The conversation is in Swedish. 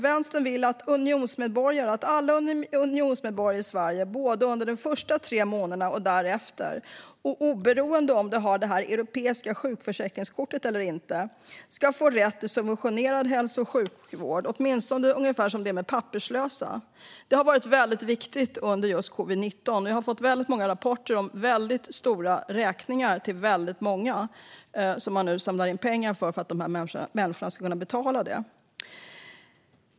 Vänstern vill att alla unionsmedborgare i Sverige, under de första tre månaderna och även därefter och oberoende av om de har det europeiska sjukförsäkringskortet, ska ha rätt till subventionerad hälso och sjukvård, åtminstone ungefär som papperslösa. Detta har varit viktigt under covid-19. Jag har fått många rapporter om stora räkningar, och nu samlar man in pengar för att dessa människor ska kunna betala dem.